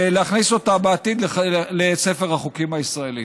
ולהכניס אותה בעתיד לספר החוקים הישראלי.